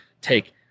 take